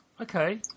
okay